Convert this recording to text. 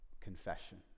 Confession